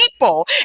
people